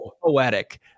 poetic